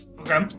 Okay